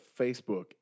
Facebook